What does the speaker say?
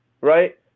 right